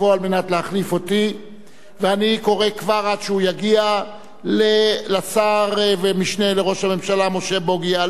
עבר בקריאה שלישית ונכנס לספר החוקים של מדינת ישראל.